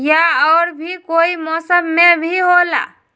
या और भी कोई मौसम मे भी होला?